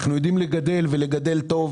אנחנו יודעים לגדל היטב.